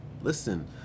listen